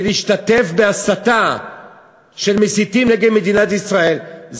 ולהשתתף בהסתה של מסיתים נגד מדינת ישראל,